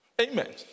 Amen